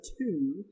two